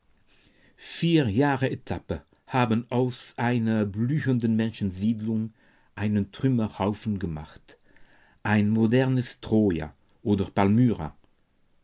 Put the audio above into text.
vier jahre etappe haben aus einer blühenden menschensiedlung einen trümmerhaufen gemacht ein modernes troja oder palmyra